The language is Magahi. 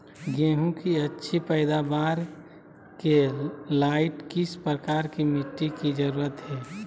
गेंहू की अच्छी पैदाबार के लाइट किस प्रकार की मिटटी की जरुरत है?